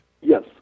Yes